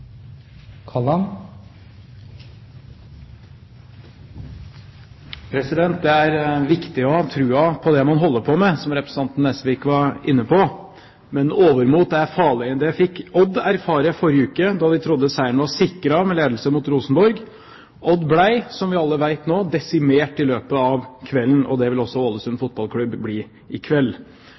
fiskeflåten. Det er viktig å ha troen på det man holder på med, som representanten Nesvik var inne på, men overmot er farlig. Det fikk Odd erfare forrige uke da de trodde seieren var sikret med ledelse mot Rosenborg. Odd ble, som vi alle vet nå, desimert i løpet av kvelden, og det vil også Aalesunds Fotballklubb bli i kveld.